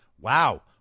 Wow